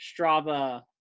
Strava